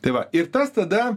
tai va ir tas tada